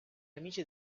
amici